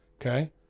okay